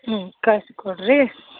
ಹ್ಞೂ ಕಳ್ಸಿಕೊಡ್ರಿ